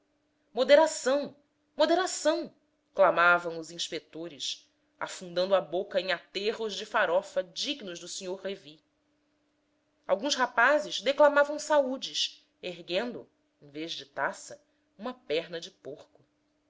moderação moderação clamavam os inspetores afundando a boca em aterros de farofa dignos do sr revy alguns rapazes declamavam saúdes erguendo em vez de taça uma perna de porco